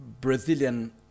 Brazilian